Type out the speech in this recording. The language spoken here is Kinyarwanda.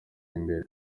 imbere